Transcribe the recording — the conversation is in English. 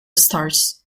stars